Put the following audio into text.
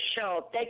show